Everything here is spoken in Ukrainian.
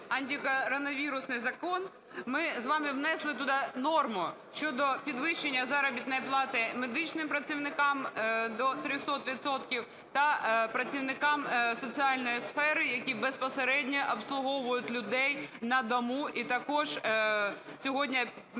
антикоронавірусний закон, ми з вами внесли туди норму щодо підвищення заробітної плати медичним працівникам до 300 відсотків та працівникам соціальної сфери, які безпосередньо обслуговують людей на дому і також сьогодні